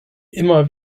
immer